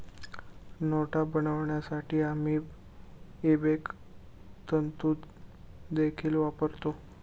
नोटा बनवण्यासाठी आम्ही इबेक तंतु देखील वापरतो